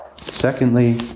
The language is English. Secondly